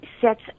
sets